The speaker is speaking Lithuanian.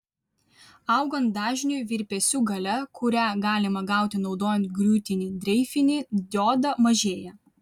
augant dažniui virpesių galia kurią galima gauti naudojant griūtinį dreifinį diodą mažėja